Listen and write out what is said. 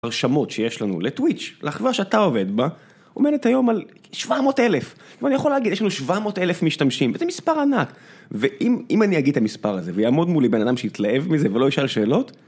הרשמות שיש לנו לטוויץ', לחברה שאתה עובד בה, עומדת היום על 700,000. מה אני יכול להגיד? יש לנו 700,000 משתמשים, וזה מספר ענק. ואם אני אגיד את המספר הזה, ויעמוד מולי בן אדם שהתלהב מזה ולא ישאל שאלות?